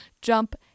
jump